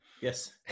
Yes